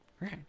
Right